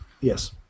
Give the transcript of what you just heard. Yes